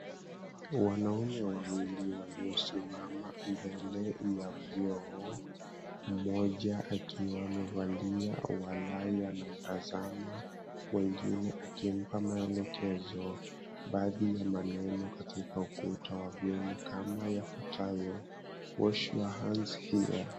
Wanaume wawili walio simama mbele ya vyoo, mmoja akiwa amevalia walahi anamtazama mwingine akimpa maelekezo. Baadhi ya maneno katika ukuta wa vyoo ni kama ya yafuatayo, Wash your hands here.